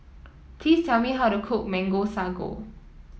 please tell me how to cook Mango Sago